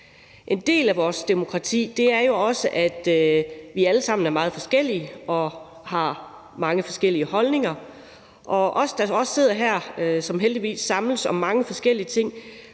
En del af vores demokrati er jo også, at vi alle sammen er meget forskellige og har mange forskellige holdninger. Også vi, der sidder her, som så heldigvis samles om mange forskellige ting,